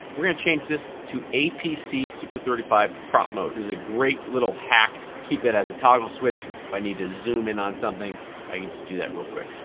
we're gonna change this to apc super thirty five crop mode. this is a great little hack, keep it as a toggle switch. if i need to zoom in on something i can just do that real quick.